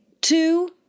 two